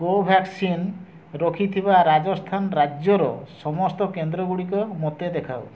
କୋଭ୍ୟାକ୍ସିନ୍ ରଖିଥିବା ରାଜସ୍ଥାନ ରାଜ୍ୟର ସମସ୍ତ କେନ୍ଦ୍ରଗୁଡ଼ିକ ମୋତେ ଦେଖାଅ